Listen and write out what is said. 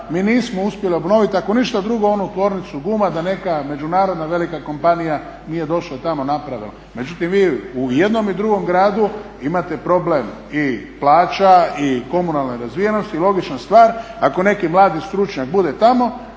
mi nismo uspjeli obnoviti ako ništa drugo ono tvornicu guma da neka međunarodna velika kompanija nije došla tamo i napravila nešto. Međutim, vi u jednom i drugom gradu imate problem i plaća i komunalne razvijenosti i logična stvar ako neki mladi stručnjak bude tamo